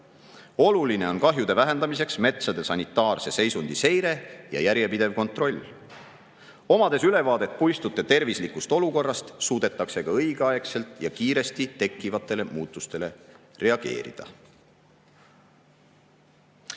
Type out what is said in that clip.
Oluline on kahjude vähendamiseks metsade sanitaarse seisundi seire ja järjepidev kontroll. Omades ülevaadet puistute tervislikust olukorrast, suudetakse ka õigeaegselt ja kiiresti tekkivatele muutustele reageerida.